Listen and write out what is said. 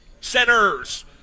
Centers